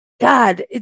God